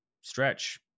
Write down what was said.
stretch